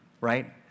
right